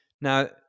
Now